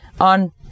on